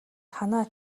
танай